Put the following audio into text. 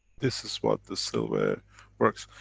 this is what the silver works.